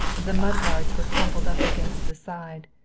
the mud guards were crumpled up against the side.